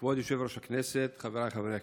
קיומה של אוכלוסייה צעירה